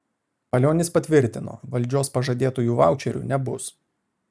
palionis patvirtino valdžios pažadėtųjų vaučerių nebus